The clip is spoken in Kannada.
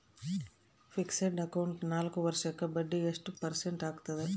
ಫಿಕ್ಸೆಡ್ ಅಕೌಂಟ್ ನಾಲ್ಕು ವರ್ಷಕ್ಕ ಬಡ್ಡಿ ಎಷ್ಟು ಪರ್ಸೆಂಟ್ ಆಗ್ತದ?